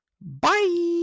Bye